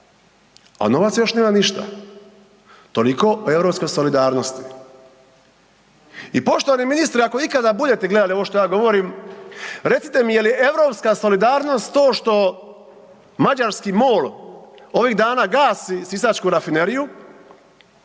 A novac još nema ništa, toliko o europskoj solidarnosti. I poštovani ministre, ako ikada budete gledali ovo što ja govorim, recite mi je li europska solidarnost to što mađarski MOL ovih dana gasi Sisačku rafineriju